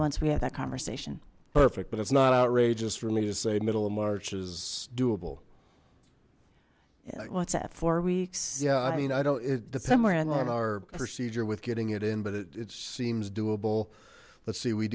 once we have that conversation perfect but it's not outrageous for me to say middle of march is doable what's at four weeks yeah i mean i don't december in our procedure with getting it in but it seems doable let's see we